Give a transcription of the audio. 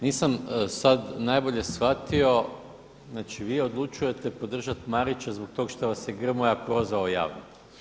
Nisam sad najbolje shvatio, znači vi odlučujete podržati Marića zbog tog što vas je Grmoja prozvao javno.